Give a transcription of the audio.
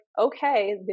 okay